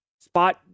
spot